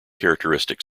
characteristic